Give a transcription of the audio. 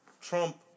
trump